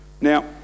Now